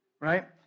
right